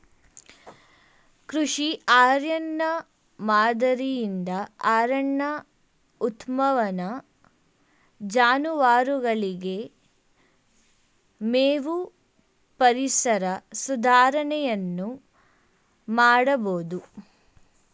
ಕೃಷಿ ಅರಣ್ಯ ಮಾದರಿಯಿಂದ ಅರಣ್ಯ ಉತ್ಪನ್ನ, ಜಾನುವಾರುಗಳಿಗೆ ಮೇವು, ಪರಿಸರ ಸುಧಾರಣೆಯನ್ನು ಮಾಡಬೋದು